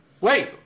wait